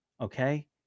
okay